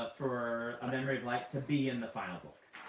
ah for and and light to be in the final book.